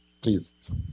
please